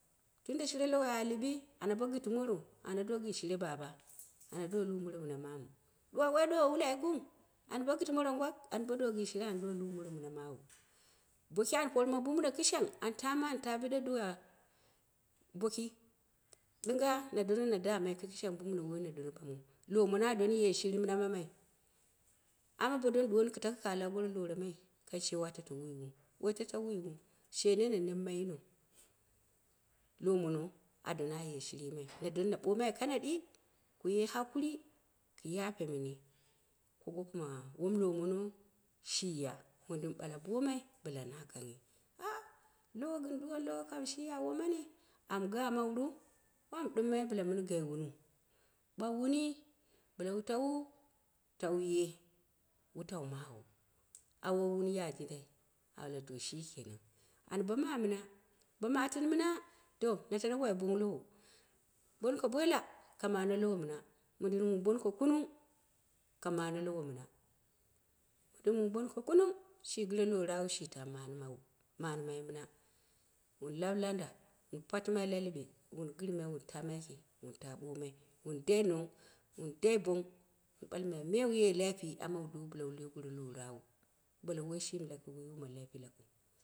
Tunda shire lowei a lɨbi ana bo gɨti moro, ana do gɨn shire baba, ana do lu moro mɨn amanu, ɗuwa wai ɗawo wula yikin, an bo gɨtɨ moro ngwak, anbo do gɨn shire an lu moro mɨna mawu, baki an porma buba no kɨshang, an tama anta bide duwa boki, ɗɨnga, ma dono na damai kɨkɨ shang bubuno, woi na dono b amu, lomomo adon ye shiri mɨna amai, ama bo don duwo ni kɨ takɨ ka lap goro loramai, kan cewa atato wuyiwu, wai tata wuyiwu, she nene nemma yino, lomono a doni a ye shiri yimai, na dono na bomai kanaɗi, kɨye hakuri, ku yafere mini, kogoma wom lomono shiya, midɨn ɓala bomai, bɨla na kanghi lowo gɨn duwoni lowo kan shiya womani, am ga mawuru? Wami ɗɨmmai bɨla mɨn gai wuna ɓau wuni, bɨla wu tawu, tauye, wutau mawu awo wun ya jindai, abele to shikenan, an bo mamɨna, bo matini mɨ na, bo matɨni mɨna to na tano wai bong lowo, bonko baila ka mane lowo mɨna, modɨn wun bon kumung kamane lowo mɨna, domin bonko kunung, shi gɨre lo rawu shita man mai mawu, man mai mɨna, wun lap lada, wun batɨmai la liɓe, wun gɨr mai wen ta mai yiki wun ta ɓomai, wun dai nong, wun bong, wun ɓalmai me wuye laifi anə wu dou bɨla wu loi goro lora wu, wu woi shimi lakiu woi woma laifi lakiu.